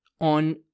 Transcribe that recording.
on